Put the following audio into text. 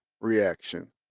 reaction